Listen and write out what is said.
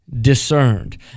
discerned